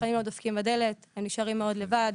ששכנים לא דופקים בדלת והם נשארים מאוד לבד.